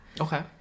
okay